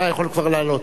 אתה יכול כבר לעלות.